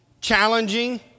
challenging